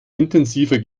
intensiver